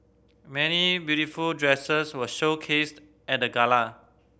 many beautiful dresses were showcased at the gala